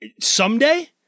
someday